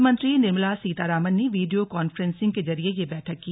वित्त मंत्री निर्मला सीतारामन ने वीडियो काफ्रेंसिंग के जरिए यह बैठक की